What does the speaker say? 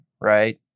Right